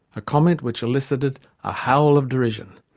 a comment which elicited a howl of derision.